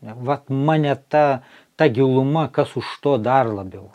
vat mane ta ta giluma kas už to dar labiau